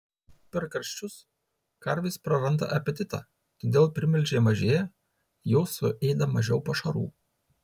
per karščius karvės praranda apetitą todėl primilžiai mažėja jos suėda mažiau pašarų